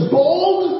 bold